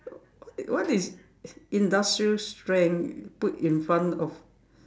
what is industrial strength put in front of